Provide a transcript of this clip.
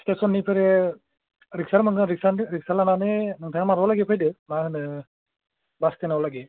स्टेसननिफ्राय रिक्सा मोनगोन रिक्सा लानानै नोंथाङा माबा लागि फैदो मा होनो बास टेन्द आव लागि